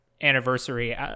anniversary